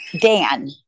Dan